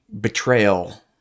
betrayal